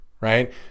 right